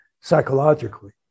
psychologically